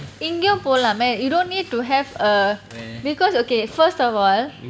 இங்கேயும் போலாமே:ingaume polame you don't need to have err because okay first of all